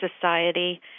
society